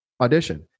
audition